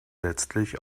letztlich